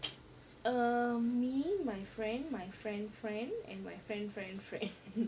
err me my friend my friend friend and my friend friend friend